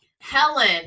Helen